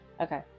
okay